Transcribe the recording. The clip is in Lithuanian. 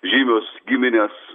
žymios giminės